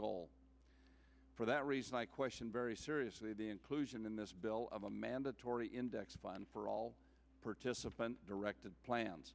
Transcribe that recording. goal for that reason i question very seriously the inclusion in this bill of a mandatory index fund for all participants directed plans